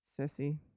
Sissy